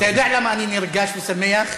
אתה יודע למה אני נרגש ושמח?